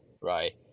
right